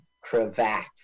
Cravat